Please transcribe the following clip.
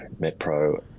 MetPro